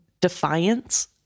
defiance